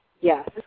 Yes